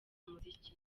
muziki